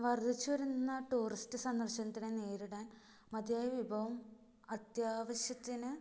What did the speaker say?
വര്ദ്ധിച്ചു വരുന്ന ടൂറിസ്റ്റ് സന്ദര്ശനത്തിനെ നേരിടാന് മതിയായ വിഭവം അത്യാവശ്യത്തിന്